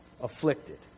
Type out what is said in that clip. afflicted